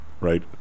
right